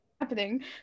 happening